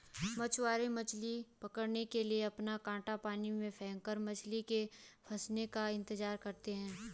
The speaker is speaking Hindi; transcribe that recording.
मछुआरे मछली पकड़ने के लिए अपना कांटा पानी में फेंककर मछली के फंसने का इंतजार करते है